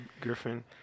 griffin